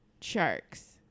sharks